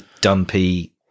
dumpy